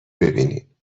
ببینینبازم